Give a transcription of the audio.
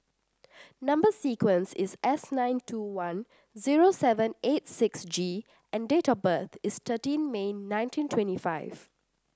number sequence is S nine two one zero seven eight six G and date of birth is thirteen May nineteen twenty five